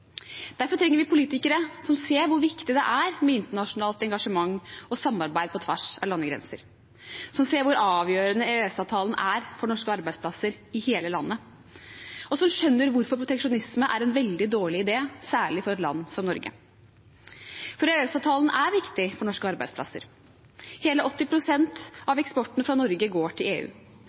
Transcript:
Derfor trenger vi politikere som ser hvor viktig det er med internasjonalt engasjement og samarbeid på tvers av landegrenser, som ser hvor avgjørende EØS-avtalen er for norske arbeidsplasser i hele landet, og som skjønner hvorfor proteksjonisme er en veldig dårlig idé, særlig for et land som Norge. EØS-avtalen er viktig for norske arbeidsplasser. Hele 80 pst. av eksporten fra Norge går til EU,